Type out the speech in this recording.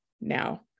now